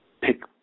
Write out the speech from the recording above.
pick